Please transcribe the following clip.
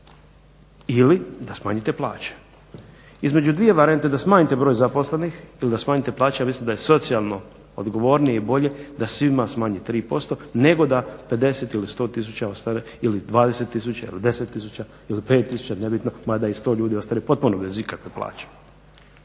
ili da smanjite plaće. Između dvije varente da smanjite broj zaposlenih ili da smanjite plaće ja mislim da je socijalno odgovorniji ili bolje da svima smanji 3% nego da 50 ili 100 tisuća ostane ili 20 tisuća ili 10 tisuća ili 5 tisuća mada i 100 ljudi ostane potpuno bez ikakve plaće.